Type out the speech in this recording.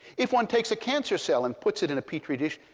if one takes a cancer cell and puts it in a petri dish,